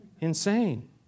Insane